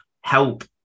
help